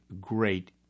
great